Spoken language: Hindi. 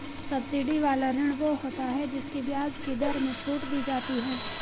सब्सिडी वाला ऋण वो होता है जिसकी ब्याज की दर में छूट दी जाती है